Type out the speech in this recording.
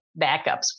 backups